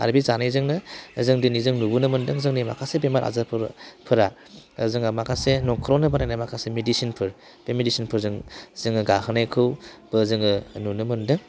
आरो बे जानायजोंनो जों दिनै जों नुबोनो मोन्दों जोंनि माखासे बेमार आजारफोरा जोंहा माखासे न'खरावनो बानायनाय माखासे मेडिसिनफोर बे मेडिसिनफोरजों जोङो गाहोनायखौबो जोङो नुनो मोन्दों